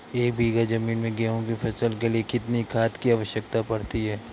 एक बीघा ज़मीन में गेहूँ की फसल के लिए कितनी खाद की आवश्यकता पड़ती है?